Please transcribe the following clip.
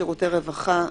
שירותי רווחה,